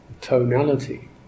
tonality